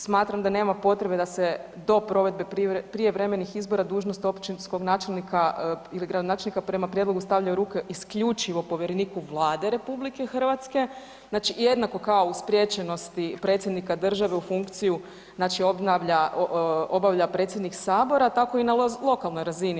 Smatram da nema potrebe da se do provedbe prijevremenih izbora dužnost općinskog načelnika ili gradonačelnika prema prijedlogu stavlja u ruke isključivo povjereniku Vlade RH, znači jednako kao u spriječenosti predsjednika države u funkciju znači obnavlja, obavlja predsjednik sabora tako i na lokalnoj razini.